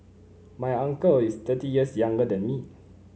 my uncle is thirty years younger than me